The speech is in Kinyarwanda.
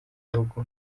bihugu